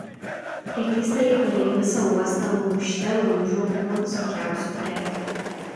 prekystaliai palei visą uostą lūžte lūžo nuo visokiausių prekių